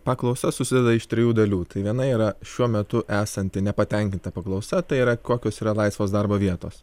paklausa susideda iš trijų dalių tai viena yra šiuo metu esanti nepatenkinta paklausa tai yra kokios yra laisvos darbo vietos